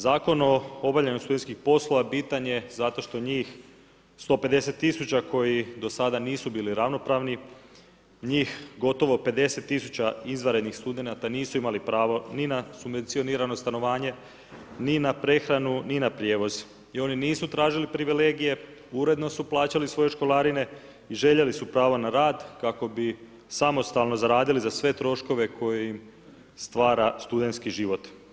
Zakon o obavljanju studentskih poslova bitan je zato što njih 150 000 koji do sada nisu bili ravnopravni, njih gotovo 50 000 izvanrednih studenata nisu imali pravo ni na subvencionirano stanovanje, ni na prehranu, ni na prijevoz i oni nisu tražili privilegije, uredno su plaćali svoje školarine i željeli su prava na rad kako bi samostalno zaradili za sve troškove koji stvara studentski život.